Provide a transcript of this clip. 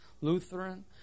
Lutheran